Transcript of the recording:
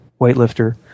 weightlifter